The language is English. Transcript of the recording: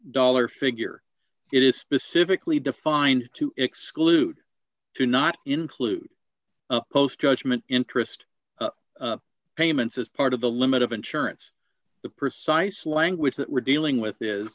dollars figure it is specifically defined to exclude to not include post judgment interest payments as part of the limit of insurance the precise language that we're dealing with is